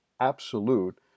absolute